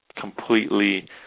completely